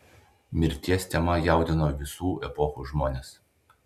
mirties tema jaudino visų epochų žmones